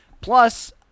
Plus